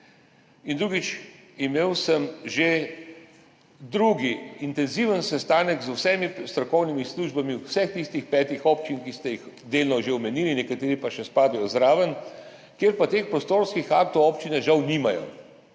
In drugič, imel sem že drugi intenziven sestanek z vsemi strokovnimi službami vseh tistih petih občin, ki ste jih delno že omenili, nekatere pa še spadajo zraven, kjer pa teh prostorskih aktov občine žal nimajo